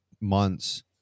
months